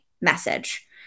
message